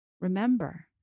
Remember